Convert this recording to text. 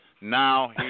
Now